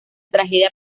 tragedia